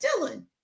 dylan